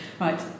Right